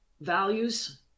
values